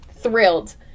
Thrilled